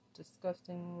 disgusting